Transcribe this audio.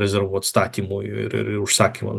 rezervų atstatymui ir ir užsakymam